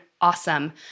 awesome